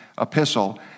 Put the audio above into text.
epistle